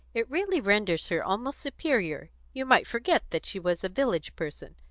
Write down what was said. it really renders her almost superior you might forget that she was a village person.